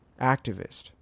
activist